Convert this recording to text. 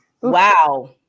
Wow